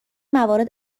موارد